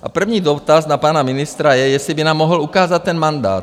A první dotaz na pana ministra je, jestli by nám mohl ukázat ten mandát.